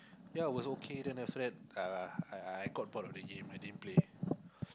ya was okay then after that uh I I got bored of the game I didn't play